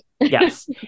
Yes